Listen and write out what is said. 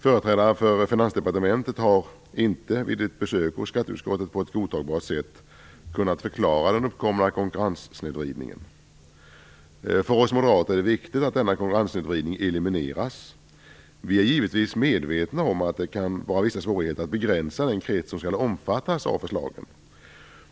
Företrädare för Finansdepartementet har, vid ett besök hos skatteutskottet, inte på ett godtagbart sätt kunnat förklara den uppkomna konkurrenssnedvridningen. För oss moderater är det viktigt att denna konkurrenssnedvridning elimineras. Vi är givetvis medvetna om att det kan finnas vissa svårigheter när det gäller att begränsa den krets som skall omfattas av förslaget.